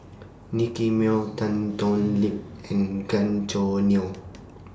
Nicky Moey Tan Thoon Lip and Gan Choo Neo